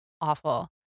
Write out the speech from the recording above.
awful